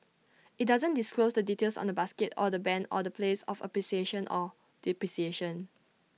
IT doesn't disclose the details on the basket or the Band or the place of appreciation or depreciation